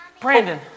Brandon